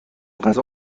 غذا